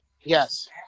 Yes